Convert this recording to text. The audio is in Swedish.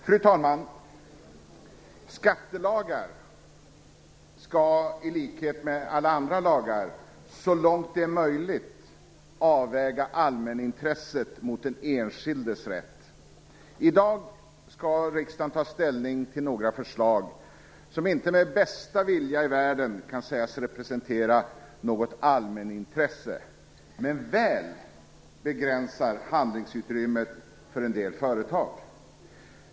Fru talman! Skattelagar skall i likhet med alla andra lagar så långt det är möjligt avväga allmänintresset mot den enskildes rätt. I dag skall riksdagen ta ställning till några förslag som inte med bästa vilja i världen kan sägas representera något allmänintresse men väl begränsa handlingsutrymmet för en del företag.